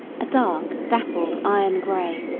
a dark, dappled iron-gray,